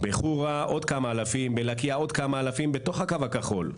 בח'ורה ובלקיה יש עוד כמה אלפים, בתוך הקו הכחול.